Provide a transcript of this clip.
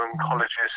colleges